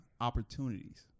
opportunities